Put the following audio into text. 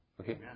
Okay